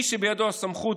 מי שבידו הסמכות,